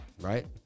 right